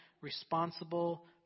responsible